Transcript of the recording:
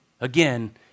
Again